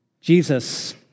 Jesus